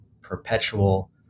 perpetual